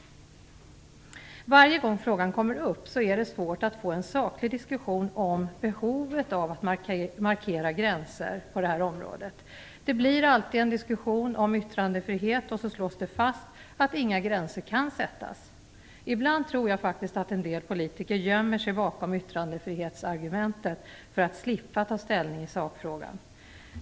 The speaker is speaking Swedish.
Varje gång frågan kommer upp är det svårt att få en saklig diskussion om behovet av att markera gränser på det här området. Det blir alltid en diskussion om yttrandefrihet, och så slås det fast att inga gränser kan sättas. Ibland tror jag faktiskt att en del politiker gömmer sig bakom yttrandefrihetsargumentet för att slippa ta ställning i sakfrågan.